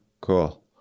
Cool